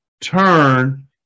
turn